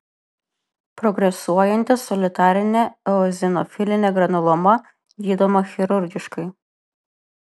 progresuojanti solitarinė eozinofilinė granuloma gydoma chirurgiškai